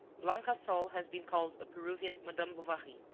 blanca sol has been called a peruvian madame bovary.